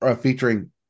featuring